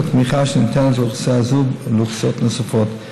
התמיכה שניתנת לאוכלוסייה זו ולאוכלוסיות נוספות.